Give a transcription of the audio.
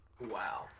Wow